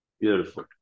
Beautiful